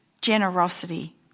generosity